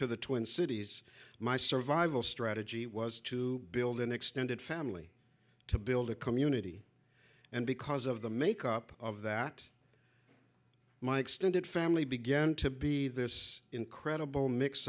to the twin cities my survival strategy was to build an extended family to build a community and because of the make up of that my extended family began to be this incredible mix